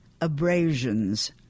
abrasions